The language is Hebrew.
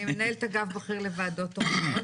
אני מנהלת אגף בכיר לוועדות המקומיות.